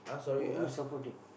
who who is supporting